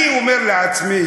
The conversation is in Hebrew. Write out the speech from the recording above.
אני אומר לעצמי,